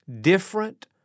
different